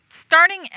Starting